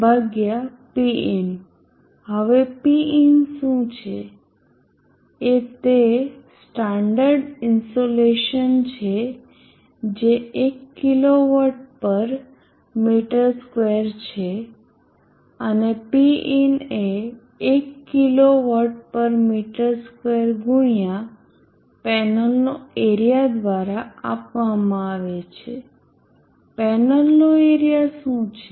હવે Pin શું છે એ તે સ્ટાન્ડર્ડ ઇન્સોલેશન છે જે એક કિલોવોટ પર મીટર સ્ક્વેર છે અને Pinને એક કિલોવોટ પર મીટર સ્ક્વેર ગુણ્યા પેનલનો એરીયા દ્વારા આપવામાં આવે છે પેનલનો એરીયા શું છે